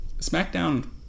SmackDown